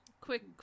quick